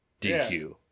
DQ